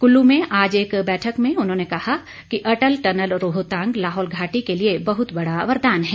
कुल्लू में आज एक बैठक में उन्होंने कहा कि अटल टनल रोहतांग लाहौल घाटी के लिए बहुत बड़ा वरदान है